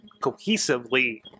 cohesively